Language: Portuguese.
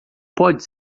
pode